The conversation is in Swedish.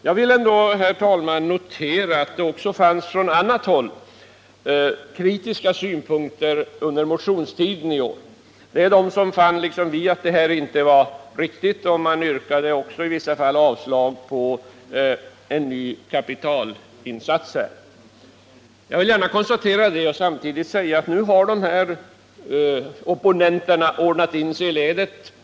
Jag vill ändå, herr talman, notera att det också från annat håll kom kritiska synpunkter under motionstiden i år. Det fanns de som liksom vi fann att detta inte var riktigt, och de yrkade också i vissa fall avslag på förslaget om en ny kapitalinsats. Jag vill gärna konstatera det och samtidigt säga att de här opponenterna nu har ordnat in sig i ledet.